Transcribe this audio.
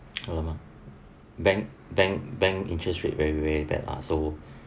!alamak! bank bank bank interest rate very very bad lah so